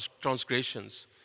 transgressions